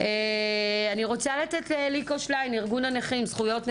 אני רוצה לתת לאליקו שליין, ארגון זכויות הנכים,